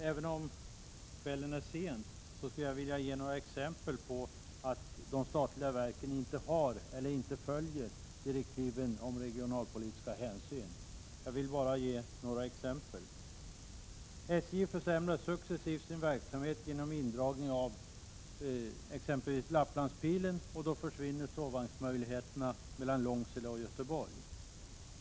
Även om timmen är sen skulle jag vilja anföra några exempel på att de statliga verken inte följer direktiven om regionalpolitiska hänsyn. SJ försämrar successivt sin verksamhet genom indragning av exempelvis Lapplandspilen. Då försvinner sovvagnsmöjligheterna mellan Långsele och Göteborg.